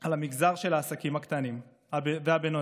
על המגזר של העסקים הקטנים והבינוניים,